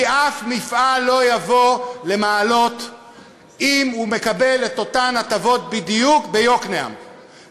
כי אף מפעל לא יבוא למעלות אם הוא מקבל את אותן הטבות בדיוק ביקנעם,